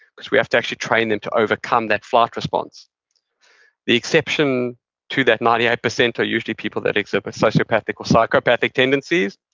because we have to actually train them to overcome that flight response the exception to that ninety eight percent are usually people that exhibit sociopathic or psychopathic tendencies.